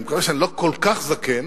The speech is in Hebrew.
אני מקווה שאני לא כל כך זקן,